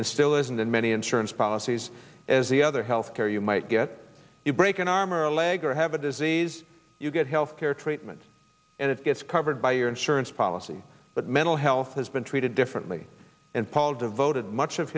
and still is and in many insurance policies as the other health care you might get a break an arm or a leg or have a disease you get health care treatment and it gets covered by your insurance policy but mental health has been treated differently and paul devoted much of